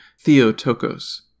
Theotokos